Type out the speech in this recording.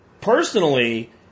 personally